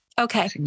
Okay